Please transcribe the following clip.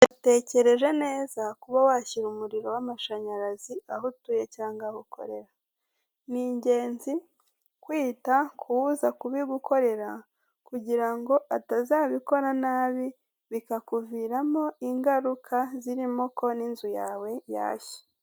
Watekereje neza kuba washyira umuriro w'amashanyarazi aho utuye cyangwa aho ukorera. Ni ingenzi kwita ku uza kubigukorera, kugira ngo atazabikora nabi bikakuviramo ingaruka zirimo ko n'inzu yawe yashya.